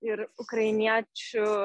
ir ukrainiečių